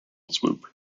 swoop